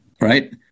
right